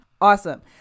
awesome